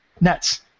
nets